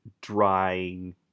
drying